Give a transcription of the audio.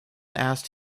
asked